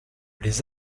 les